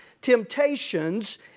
temptations